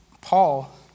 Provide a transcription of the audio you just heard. Paul